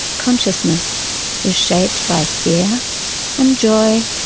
consciousness is shaped by fear and joy,